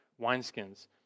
wineskins